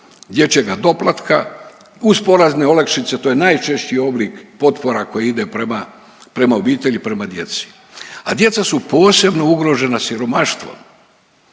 dječjega doplatka, uz porezne olakšice, to je najčešći oblik potpora koje ide prema obitelji, prema djeci. A djeca su posebno ugrožena siromaštvom.